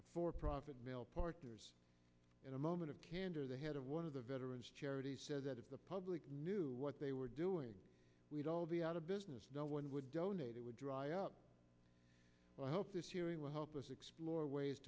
their for profit male partners in a moment of candor the head of one of the veterans charities said that if the public knew what they were doing we'd all be out of business no one would donate it would dry up so i hope this hearing will help us explore ways